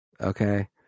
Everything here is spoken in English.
Okay